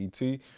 ET